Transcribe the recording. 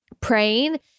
Praying